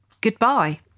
Goodbye